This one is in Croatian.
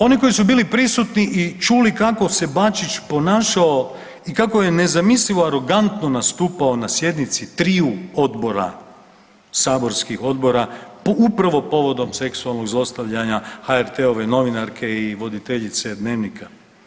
Oni koji su bili prisutni i čuli kako se Bačić ponašao i kako je nezamislivo arogantno nastupao na sjednici triju odbora, saborskih odbora upravo povodom seksualnog zlostavljanja HRT-ove novinarke i voditeljice Dnevnika.